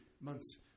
months